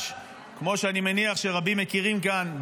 כמו שאני מניח שרבים מכירים כאן,